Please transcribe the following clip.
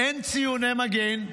אין ציוני מגן,